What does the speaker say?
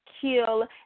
kill